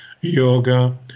yoga